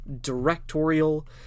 directorial